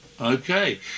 Okay